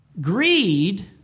Greed